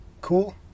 Cool